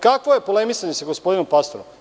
Kakvo polemisanje sa gospodinom Pastorom?